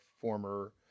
former